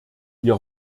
wir